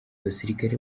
abasirikare